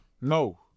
No